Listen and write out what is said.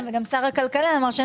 גם שר הכלכלה אמר שאין בעיה בהייטק.